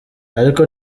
ariko